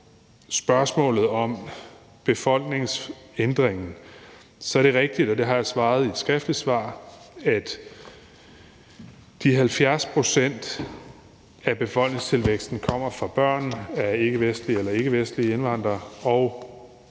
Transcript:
på spørgsmålet om befolkningsændringen, er det rigtigt, og det har jeg også svaret i et skriftligt svar, at de 70 pct. af befolkningstilvæksten kommer fra børn af ikkevestlige indvandrere, og at